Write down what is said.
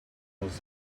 was